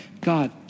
God